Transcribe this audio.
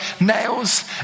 nails